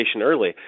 early